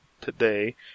today